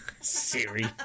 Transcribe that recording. Siri